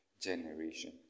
generation